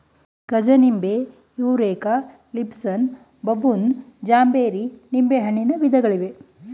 ಗಜನಿಂಬೆ, Eureka, Lisbon, baboon, ಜಾಂಬೇರಿ ನಿಂಬೆಹಣ್ಣಿನ ವಿಧಗಳಿವೆ